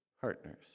partners